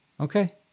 Okay